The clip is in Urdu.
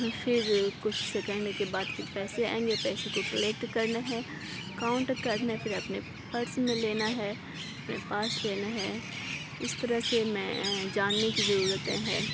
پھر کچھ سیکینڈ کے بعد پھر پیسے آئیں گے پیسے کو کلیکٹ کرنا ہے کاؤنٹ کرنا پھر اپنے پرس میں لینا ہے اپنے پاس لینا ہے اس طرح سے میں جاننے کی ضرورتیں ہے